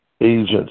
agents